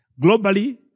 Globally